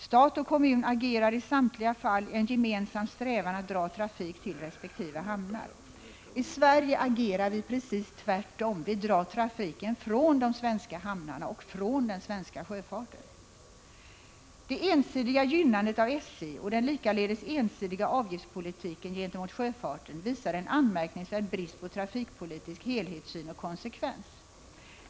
Stat och kommun agerar i samtliga fall i en gemensam strävan att dra trafik till resp. hamnar. I Sverige agerar vi precis tvärtom. Vi drar trafiken från de svenska hamnarna och från den svenska sjöfarten. Det ensidiga gynnandet av SJ och den likaledes ensidiga avgiftspolitiken gentemot sjöfarten visar en anmärkningsvärd brist på trafikpolitisk helhetssyn och konsekvens.